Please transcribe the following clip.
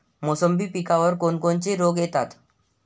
मोसंबी पिकावर कोन कोनचे रोग येतात?